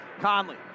Conley